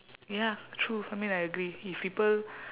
ya true I mean I agree if people